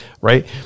Right